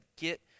get